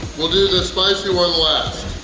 we'll do the spicy one last.